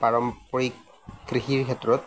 পাৰম্পৰিক কৃষিৰ ক্ষেত্ৰত